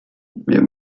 wir